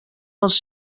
dels